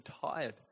tired